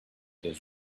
his